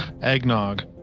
eggnog